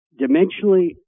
dimensionally